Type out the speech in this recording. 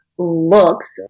looks